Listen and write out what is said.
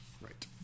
Right